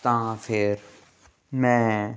ਤਾਂ ਫਿਰ ਮੈਂ